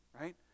right